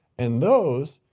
and those,